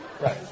Right